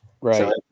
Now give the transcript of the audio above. Right